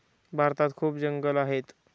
भारतात खूप जंगलं आहेत